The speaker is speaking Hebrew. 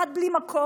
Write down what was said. אחת בלי מקור,